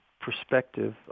perspective